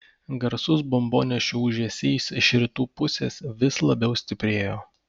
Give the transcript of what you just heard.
garsus bombonešių ūžesys iš rytų pusės vis labiau stiprėjo